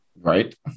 Right